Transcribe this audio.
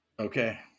Okay